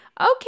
okay